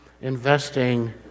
investing